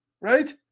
Right